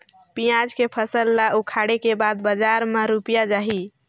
पियाज के फसल ला उखाड़े के बाद बजार मा रुपिया जाही?